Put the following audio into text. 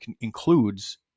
includes